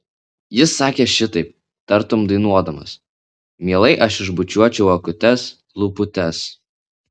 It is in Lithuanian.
jis sakė šitaip tartum dainuodamas mielai aš išbučiuočiau akutes lūputes